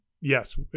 Yes